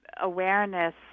awareness